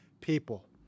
people